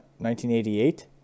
1988